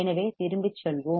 எனவே திரும்பிச் செல்வோம்